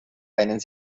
einen